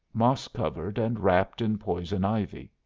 moss-covered and wrapped in poison-ivy.